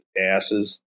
asses